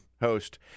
host